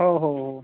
ହଉ ହଉ ହଉ